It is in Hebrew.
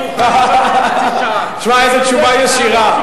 תשמע איזה תשובה ישירה.